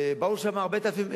ובאו לשם 4,000,